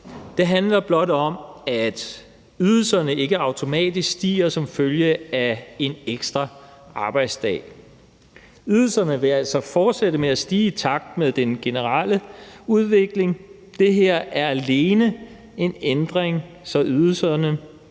Det handler blot om, at ydelserne ikke automatisk stiger som følge af en ekstra arbejdsdag. Ydelserne vil altså fortsætte med at stige i takt med den generelle udvikling. Det her er alene en ændring, så ydelserne